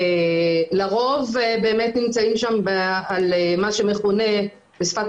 לרוב באמת נמצאים במה שמכונה בשפת